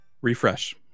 refresh